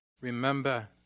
remember